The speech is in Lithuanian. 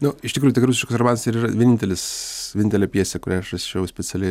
nu iš tikrųjų tik rusiškas romanas ir yra vienintelis vienintelė pjesė kurią aš rašiau specialiai